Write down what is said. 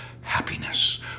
happiness